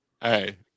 Hey